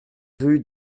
rue